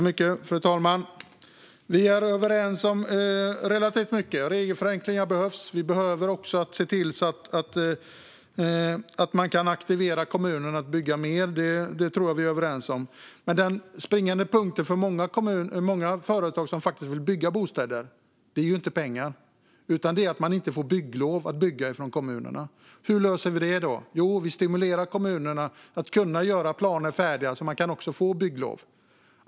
Fru talman! Vi är överens om relativt mycket. Regelförenklingar behövs. Jag tror också att vi är överens om att se till att man kan aktivera kommunerna att bygga mer. Den springande punkten för många företag som vill bygga bostäder är dock inte pengar, utan att man inte får bygglov från kommunerna för att bygga. Hur löser vi det? Jo, vi stimulerar kommunerna att kunna göra färdigt planerna för att man ska få bygglov.